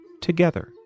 together